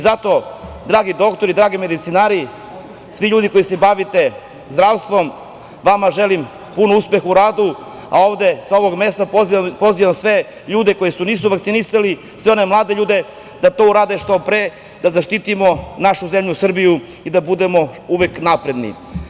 Zato dragi doktori, dragi medicinari, svi ljudi koji se bavite zdravstvom, vama želim puno uspeha u radu, a ovde sa ovog mesta pozivam sve ljude koji se nisu vakcinisali, sve one mlade ljude da to urade što pre da zaštitimo našu zemlju Srbiju i da budemo uvek napredni.